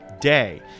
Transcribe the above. day